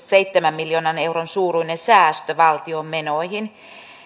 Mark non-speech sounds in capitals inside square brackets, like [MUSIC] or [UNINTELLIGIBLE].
[UNINTELLIGIBLE] seitsemän miljoonan euron suuruinen säästö valtion menoihin